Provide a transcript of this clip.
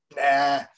nah